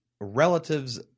relatives